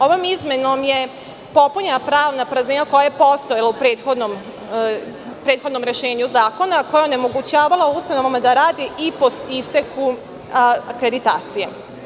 Ovom izmenom je popunjena pravna praznina koja je postojala u prethodnom rešenju zakona, koja je onemogućavala ustanovama da rade i po isteku akreditacije.